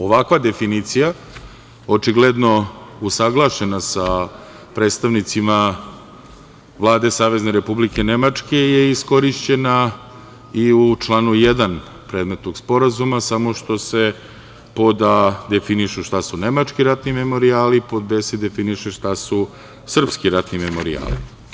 Ovakva definicija očigledno usaglašena sa predstavnicima Vlade Savezne Republike Nemačke je iskorišćena i u članu 1. predmetnog Sporazuma samo što se pod a) definišu šta su nemački ratni memorijali, pod b) se definiše šta su srpski ratni memorijali.